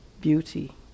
beauty